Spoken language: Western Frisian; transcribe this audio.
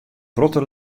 protte